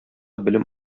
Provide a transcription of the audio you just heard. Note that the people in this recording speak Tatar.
белем